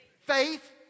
faith